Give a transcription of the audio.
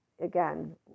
again